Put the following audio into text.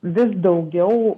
vis daugiau